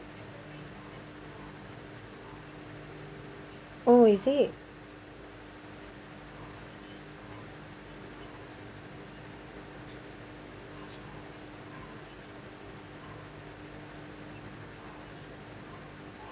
oh is it